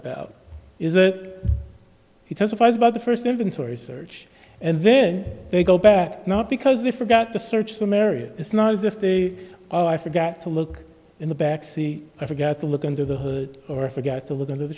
about is that he testifies about the first inventory search and then they go back not because they forgot to search some areas it's not as if the oh i forgot to look in the back see i forgot to look under the hood or forgot to look under the